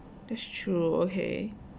that's true okay